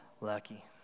Lucky